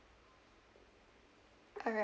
alright